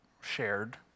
shared